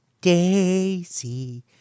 Daisy